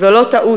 "זו לא טעות,